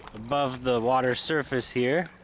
above the water's surface here.